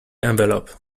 envelope